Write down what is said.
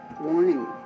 warning